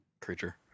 creature